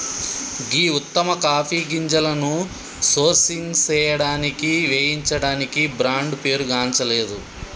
గీ ఉత్తమ కాఫీ గింజలను సోర్సింగ్ సేయడానికి వేయించడానికి బ్రాండ్ పేరుగాంచలేదు